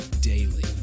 daily